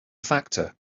factor